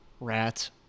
Rats